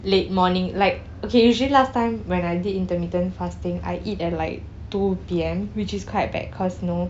late morning like okay usually last time when I did intermittent fasting I eat at like two P_M which is quite bad cause you know